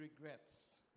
regrets